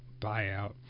buyout